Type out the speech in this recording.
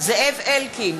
זאב אלקין,